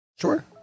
Sure